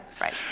Right